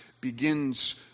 begins